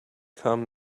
come